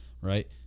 right